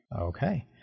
Okay